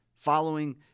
Following